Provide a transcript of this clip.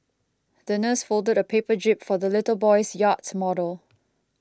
the nurse folded a paper jib for the little boy's yachts model